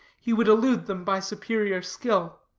he would elude them by superior skill.